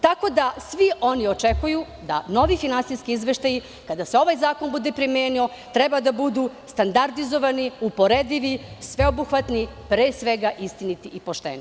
Tako da, svi oni očekuju da novi finansijski izveštaji, kada se ovaj zakon bude primenio, treba da budu standardizovani, uporedivi, sveobuhvatni i pre svega istiniti i pošteni.